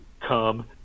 come